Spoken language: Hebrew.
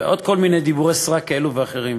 ועוד כל מיני דיבורי סרק כאלה ואחרים,